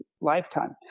lifetime